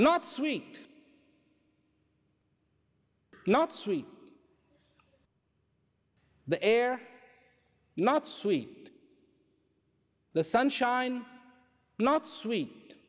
not sweet not sweet the air not sweet the sunshine not sweet